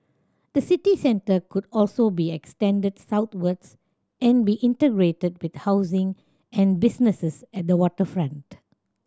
the city centre could also be extended southwards and be integrated with housing and businesses at the waterfront